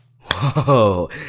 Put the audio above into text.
Whoa